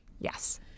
Yes